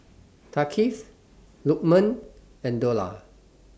Thaqif Lukman and Dollah